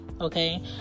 okay